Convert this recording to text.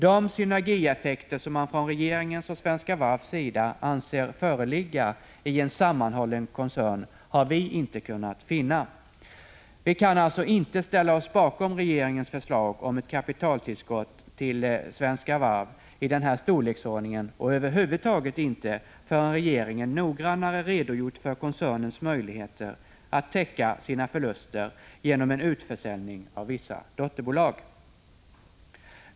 De synergieffekter som man från regeringens och Svenska Varvs sida anser föreligga i en sammanhållen koncern har vi inte kunnat finna. Vi kan alltså inte ställa oss bakom regeringens förslag om ett kapitaltillskott i den föreslagna storleksordningen till Svenska Varv, och vi kan över huvud taget inte ställa oss bakom ett förslag om kapitaltillskott förrän regeringen noggrannare redogjort för koncernens möjligheter att täcka sina förluster genom en utförsäljning av vissa dotterbolag.